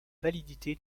validité